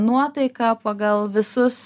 nuotaiką pagal visus